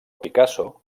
picasso